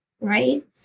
right